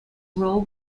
role